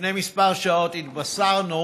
לפני כמה שעות התבשרנו